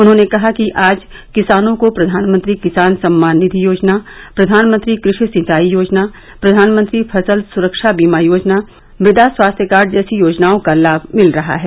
उन्होंने कहा कि आज किसानों को प्रधानमंत्री किसान सम्मान निधि योजना प्रधानमंत्री कृषि सिंचाई योजना प्रधानमंत्री फसल सुरक्षा वीमा योजना मृदा स्वास्थ्य कार्ड जैसी योजनाओं का लाभ मिल रहा है